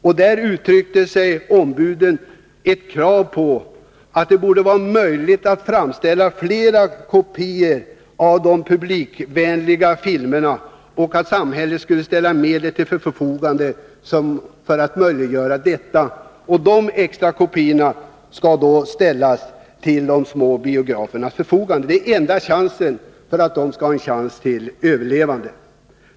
Ombuden framförde krav på att det skall framställas flera kopior — detta borde vara möjligt — av publikvänliga filmer och att samhället skall ställa upp med medel för att möjliggöra detta. Det är enda chansen för dessa biografer att överleva.